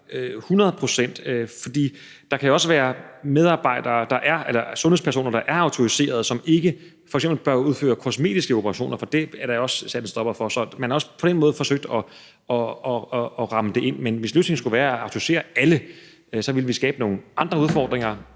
procent, for der kan jo også være sundhedspersoner, der er autoriserede, men som ikke f.eks. bør udføre kosmetiske operationer, for det er der også sat en stopper for. Så man har også på den måde forsøgt at ramme det ind. Men hvis løsningen skulle være at autorisere alle, ville vi skabe nogle andre udfordringer,